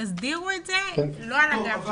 תסדירו את זה ולא על הגב של הילדים.